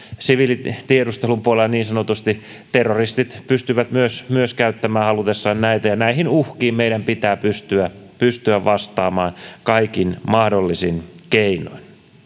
siviilitiedustelun puolella ja terroristit pystyvät myös myös käyttämään halutessaan näitä näihin uhkiin meidän pitää pystyä pystyä vastaamaan kaikin mahdollisin keinoin